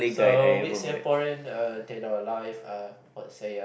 so wait Singaporean uh take our life uh what say uh